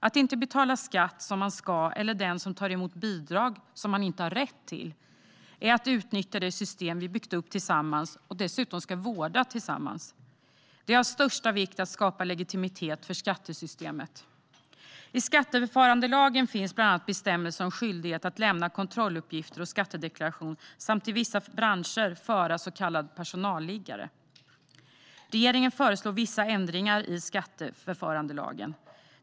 Att inte betala skatt som man ska eller ta emot bidrag som man inte har rätt till är att utnyttja det system vi byggt upp tillsammans och dessutom ska vårda tillsammans. Det är av största vikt att skapa legitimitet för skattesystemet. I skatteförfarandelagen finns bland annat bestämmelser om skyldighet att lämna kontrolluppgifter och skattedeklaration samt att i vissa branscher föra en så kallad personalliggare. Regeringen föreslår vissa ändringar i skatteförfarandelagen.